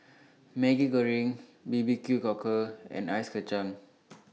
Maggi Goreng B B Q Cockle and Ice Kacang